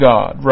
God